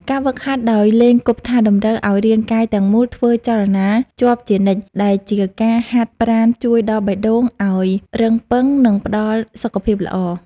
ការហ្វឹកហាត់ដោយលេងគប់ថាសតម្រូវឱ្យរាងកាយទាំងមូលធ្វើចលនាជាប់ជានិច្ចដែលវាជាការហាត់ប្រាណជួយដល់បេះដូងឱ្យរឹងប៉ឹង និងផ្តល់សុខភាពល្អ។